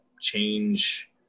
change